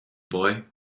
boy